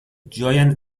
giant